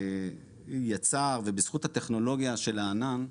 בזכות הטכנולוגיה של הענן,